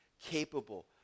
capable